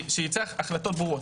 שיצאו החלטות ברורות.